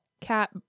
Cat